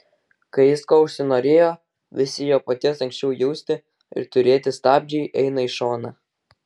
kai jis ko užsinorėjo visi jo paties anksčiau jausti ir turėti stabdžiai eina į šoną